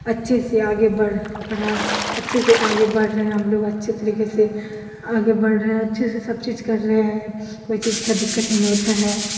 اچھے سے آگے بڑھ پڑھا اچھے سے آگے بڑھ رہے ہیں ہم لوگ اچھے طریقے سے آگے بڑھ رہے ہیں اچھے سے سب چیز کر رہے ہیں کوئی چیز کا دقت نہیں ہوتا ہے